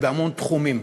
ובהמון תחומים.